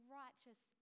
righteous